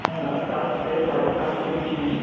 हाँ सात से साढ़े सात के बीच में